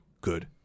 good